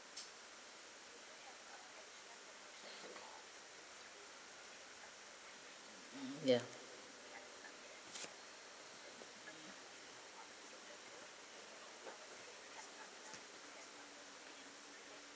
ya